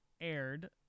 aired